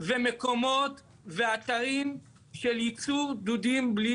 ומקומות ואתרים של ייצור דוודים בלי